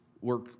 work